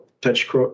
touch